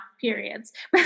periods